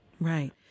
Right